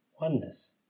oneness